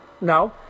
No